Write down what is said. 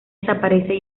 desaparece